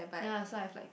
ya so I have like